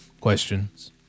questions